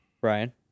Brian